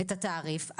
את התעריף.